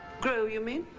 grow you mean?